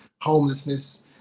homelessness